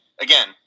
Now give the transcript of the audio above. again